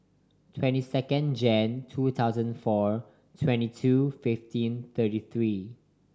twenty second Jan two thousand four twenty two fifteen thirty three